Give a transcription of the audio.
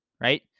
right